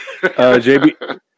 JB